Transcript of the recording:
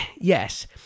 Yes